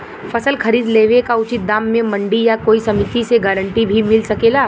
फसल खरीद लेवे क उचित दाम में मंडी या कोई समिति से गारंटी भी मिल सकेला?